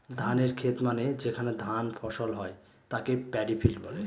ধানের খেত মানে যেখানে ধান ফসল হয় তাকে পাডি ফিল্ড বলে